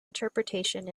interpretation